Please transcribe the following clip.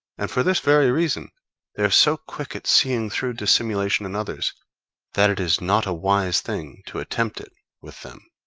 and for this very reason they are so quick at seeing through dissimulation in others that it is not a wise thing to attempt it with them.